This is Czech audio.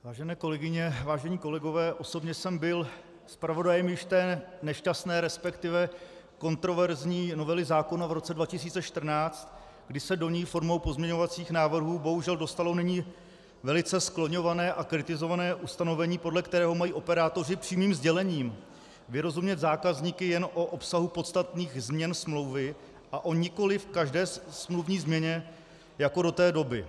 Vážené kolegyně, vážení kolegové, osobně jsem byl zpravodajem již té nešťastné, respektive kontroverzní novely zákona v roce 2014, kdy se do ní formou pozměňovacích návrhů bohužel dostalo nyní velice skloňované a kritizované ustanovení, podle kterého mají operátoři přímým sdělením vyrozumět zákazníky jen o obsahu podstatných změn smlouvy, a nikoliv o každé smluvní změně jako do té doby.